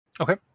Okay